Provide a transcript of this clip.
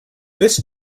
this